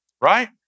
Right